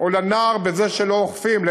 או לנער בזה שלא אוכפים.